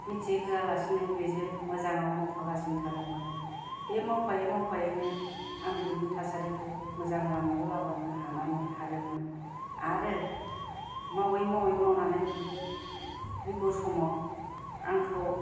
मिथिहोया लासिनो बिजों मोजां आव मावफागासिनो थादोंमोन बे मावफायै मावफायैनो आं बेनि थासारिखौ मोजां लामायाव लाबोनो हानानै हादोंमोन आरो मावयै मावयै मावनानै बिबो फैगौ समाव आंखौ